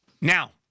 Now